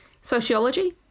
sociology